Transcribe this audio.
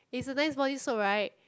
it's a cleanse body soap right